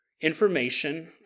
information